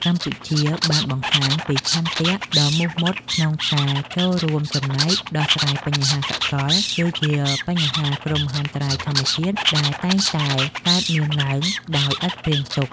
កម្ពុជាបានបង្ហាញពីឆន្ទៈដ៏មោះមុតក្នុងការចូលរួមចំណែកដោះស្រាយបញ្ហាសកល គឺបញ្ហាគ្រោះមហន្តរាយធម្មជាតិដែលតែងតែកើតមានឡើងដោយឥតព្រៀងទុក។